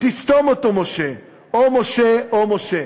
/ תסתום אותו משה, הו משה, הו משה.